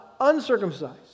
uncircumcised